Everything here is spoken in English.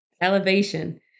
elevation